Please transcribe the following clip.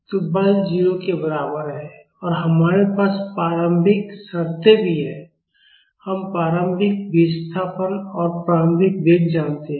तो बल 0 के बराबर है और हमारे पास प्रारंभिक शर्तें भी हैं हम प्रारंभिक विस्थापन और प्रारंभिक वेग जानते हैं